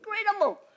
incredible